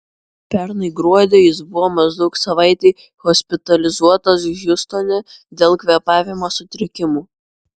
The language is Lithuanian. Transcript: pernai gruodį jis buvo maždaug savaitei hospitalizuotas hjustone dėl kvėpavimo sutrikimų